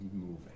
moving